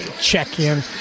check-in